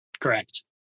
Correct